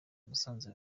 musanze